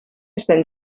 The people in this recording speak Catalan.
sant